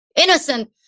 innocent